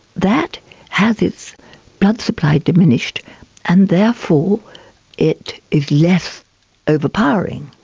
that has its blood supply diminished and therefore it is less overpowering,